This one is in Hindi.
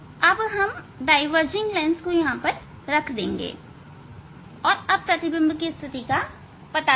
अब हम डाईवर्जिंग लेंस को रख देंगे और हमें प्रतिबिंब की स्थिति का पता लगाना होगा